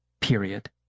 period